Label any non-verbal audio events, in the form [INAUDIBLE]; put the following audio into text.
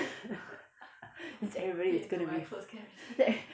[LAUGHS] means everything is going to be [LAUGHS]